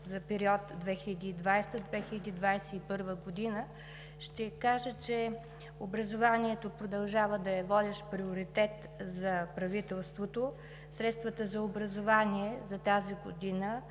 за периода 2020 – 2021 г., да кажа, че образованието продължава да е водещ приоритет за правителството. Средствата за образование за тази година